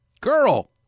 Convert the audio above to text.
girl